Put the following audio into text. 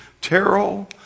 Terrell